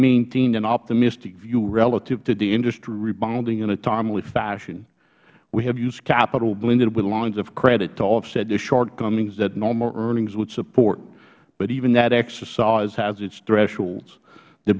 maintained an optimistic view relative to the industry rebounding in a timely fashion we have used capital blended with lines of credit to offset the shortcomings that normal earnings would support but even that exercise has its thresholds the